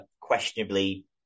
questionably